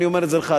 אני אומר את זה לך,